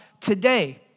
today